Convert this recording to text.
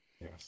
Yes